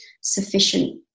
sufficient